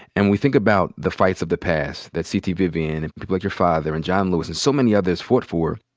and we think about the fights of the past that c. t. vivian, and people like your father, and john lewis, and so many others fought for,